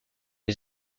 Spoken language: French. les